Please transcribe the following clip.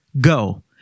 Go